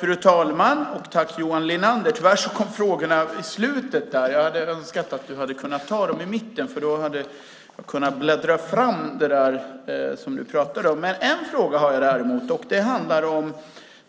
Fru talman! Tack, Johan Linander! Tyvärr kom frågorna i slutet av anförandet. Om du hade tagit dem i mitten hade jag kunnat bläddra fram till just det där som du pratade om. En fråga har jag däremot. Den handlar om